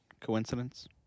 coincidence